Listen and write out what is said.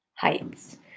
heights